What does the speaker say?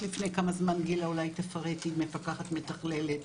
גילה אולי תפרט, היא מפקחת מתכללת.